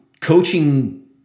coaching